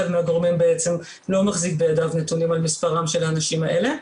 מהגורמים לא מחזיק בידיו נתונים על מספרם של האנשים האלה,